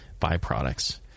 byproducts